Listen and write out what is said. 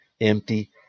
empty